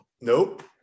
nope